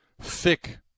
thick